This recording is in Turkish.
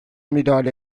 müdahale